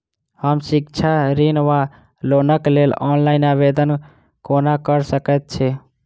हम शिक्षा ऋण वा लोनक लेल ऑनलाइन आवेदन कोना कऽ सकैत छी?